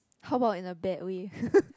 how about in a bad way